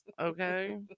okay